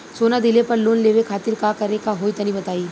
सोना दिहले पर लोन लेवे खातिर का करे क होई तनि बताई?